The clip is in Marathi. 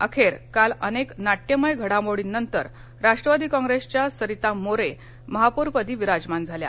अखेर काल अनेक नाट्यमय घडामोडी नंतर राष्ट्रवादी काँग्रेसच्या सरिता मोरे महापौरपदी विराजमान झाल्या